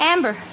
Amber